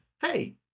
hey